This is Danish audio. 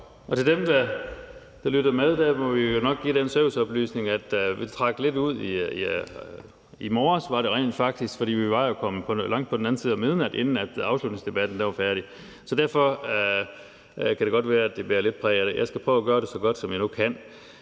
Til dem, der lytter med, må vi jo nok give den serviceoplysning, at det, da det trak lidt ud i morges, som det rent faktisk var – for vi var jo kommet langt på den anden side af midnat, inden afslutningsdebatten var færdig – godt kan være, at det bærer lidt præg af det, men jeg skal prøve at gøre det så godt, som jeg nu kan.